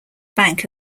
bank